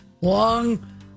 long